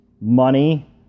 money